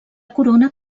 corona